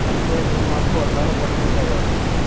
interest हम आपको अठारह परसेंट लगा देंगे